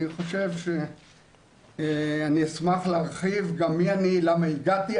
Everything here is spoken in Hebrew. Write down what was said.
אני חושב שאני אשמח להרחיב גם מי אני, למה הגעתי.